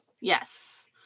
Yes